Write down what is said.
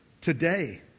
today